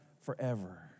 forever